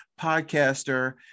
podcaster